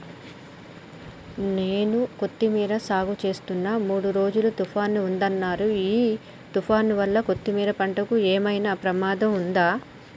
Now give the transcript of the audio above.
నేను కొత్తిమీర సాగుచేస్తున్న మూడు రోజులు తుఫాన్ ఉందన్నరు ఈ తుఫాన్ వల్ల కొత్తిమీర పంటకు ఏమైనా ప్రమాదం ఉందా?